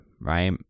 right